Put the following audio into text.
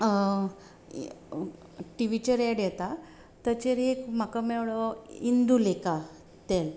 T वीचेर ad येता ताचेर एक म्हाका मेळ्ळो इंदू लेखा तेल